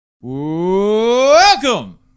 welcome